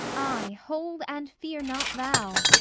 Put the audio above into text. aye, hold and fear not thou!